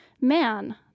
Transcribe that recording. man